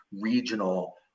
regional